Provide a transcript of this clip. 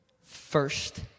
first